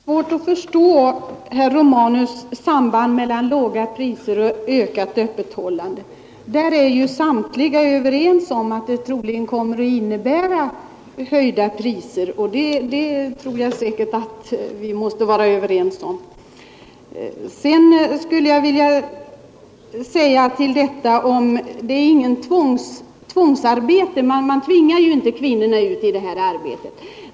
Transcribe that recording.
Herr talman! Jag har litet svårt att förstå, herr Romanus, sambandet mellan låga priser och ökat öppethållande. Jag tror att vi alla måste vara överens om att avskaffandet av affärstidslagen troligen kommer att innebära höjda priser. Herr Romanus säger också, att man tvingar inte ut kvinnorna i det här arbetet.